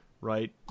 right